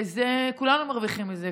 וכולנו מרוויחים מזה,